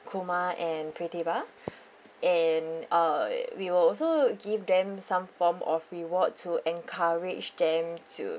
Kumar and Pritiba and uh we will also give them some form of reward to encourage them to